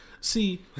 See